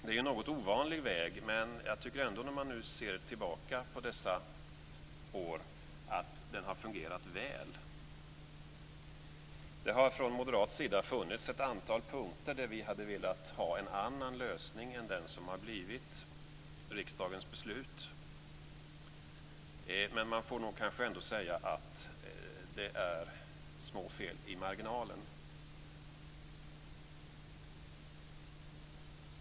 Det är en något ovanlig väg, men när man nu ser tillbaka på dessa frågor tycker jag ändå att det har fungerat väl. Vi ville från moderat sida på ett antal punkter ha en annan lösning än den som blivit riksdagens beslut, men det är ändå bara små fel i marginalen.